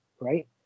Right